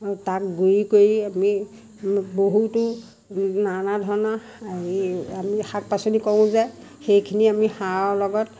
তাক গুড়ি কৰি আমি বহুতো নানা ধৰণৰ হেৰি আমি শাক পাচলি কৰোঁ যে সেইখিনি আমি সাৰৰ লগত